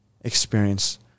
experience